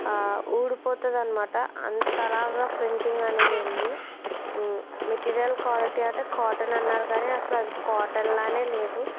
ఊడిపోతుంది అనమాట అంతలాగా ప్రింటింగ్ అనేది ఉంది మెటీరియల్ క్వాలిటీ అయితే కాటన్ అన్నారు కానీ అసలు అది కాటన్ లానే లేదు